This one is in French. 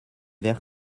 vers